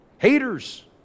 Haters